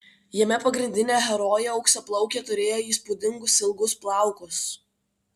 jame pagrindinė herojė auksaplaukė turėjo įspūdingus ilgus plaukus